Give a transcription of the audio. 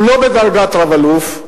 הוא לא בדרגת רב-אלוף,